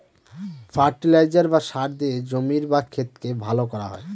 fertiliser বা সার দিয়ে জমির বা ক্ষেতকে ভালো করা হয়